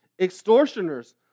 extortioners